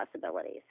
possibilities